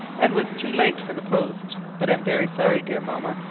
and was too late for the post but am very sorry, dear mamma,